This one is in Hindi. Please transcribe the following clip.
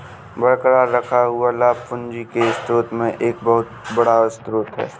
बरकरार रखा हुआ लाभ पूंजी के स्रोत में एक बहुत बड़ा स्रोत है